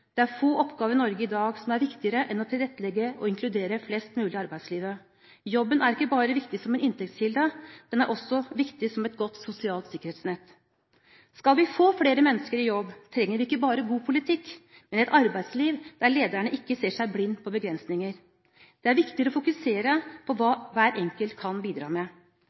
Det er få oppgaver i Norge i dag som er viktigere enn å tilrettelegge og inkludere flest mulig i arbeidslivet. Jobben er ikke bare viktig som en inntektskilde; den er også viktig som et godt sosialt sikkerhetsnett. Skal vi få flere mennesker i jobb, trenger vi ikke bare god politikk, men et arbeidsliv der lederne ikke ser seg blind på begrensninger. Det er viktigere å fokusere på hva hver enkelt kan bidra med. Ett eksempel er NHOs «Ringer i vannet»-prosjekt. Målet med